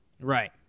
Right